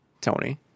Tony